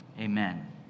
Amen